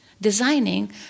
Designing